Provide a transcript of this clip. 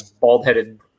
bald-headed